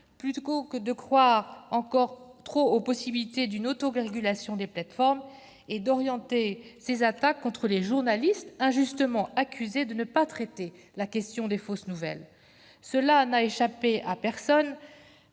plutôt que de croire encore aux possibilités d'une autorégulation et d'orienter ses attaques contre les journalistes, injustement accusés de ne pas traiter la question des fausses nouvelles. Cela n'aura échappé à personne,